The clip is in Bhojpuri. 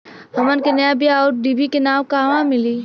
हमन के नया बीया आउरडिभी के नाव कहवा मीली?